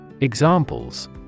Examples